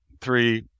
three